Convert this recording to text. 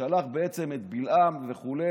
ששלח את בלעם וכו'